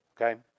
okay